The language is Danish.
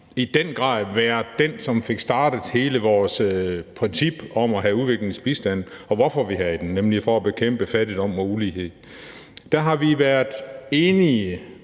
i den grad har været den, som fik startet hele vores princip om at have udviklingsbistand og hvorfor vi skal have den, nemlig for at bekæmpe fattigdom og ulighed, har vi på tværs